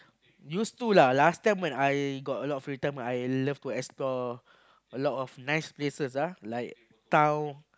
used to lah last time when I got a lot of free time I love to explore a lot of nice places ah like town